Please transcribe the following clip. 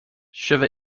shove